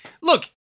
Look